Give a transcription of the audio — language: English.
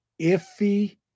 iffy